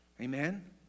Amen